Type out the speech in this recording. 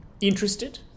interested